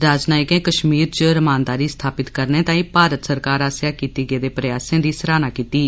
राजनियकें कश्मीर च रमानदारी स्थापित करने तांई भारत सरकार आसेया कितें गेदें प्रयासें दी सराहना किती